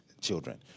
children